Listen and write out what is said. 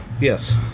Yes